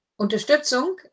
Unterstützung